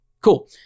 Cool